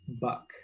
buck